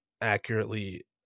accurately